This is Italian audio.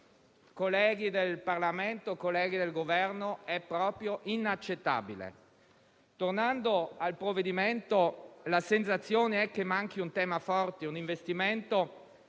colleghi del Parlamento e del Governo, è proprio inaccettabile. Tornando al provvedimento, la sensazione è che manchi un tema forte, un investimento